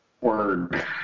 Word